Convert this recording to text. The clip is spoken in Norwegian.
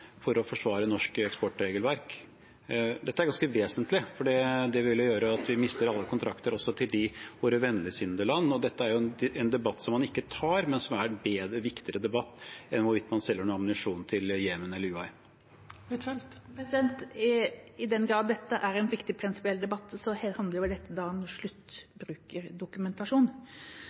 for å forsvare norsk eksportregelverk? Dette er ganske vesentlig, for det vil jo gjøre at vi mister alle kontrakter også til vennligsinnede land, og dette er en debatt man ikke tar, men som er en viktigere debatt enn hvorvidt man selger noe ammunisjon til Jemen eller De forente arabiske emirater. I den grad dette er en viktig prinsipiell debatt, handler det om sluttbrukerdokumentasjon. Det er et viktig spørsmål for Norge. Det kreves alltid dokumentasjon om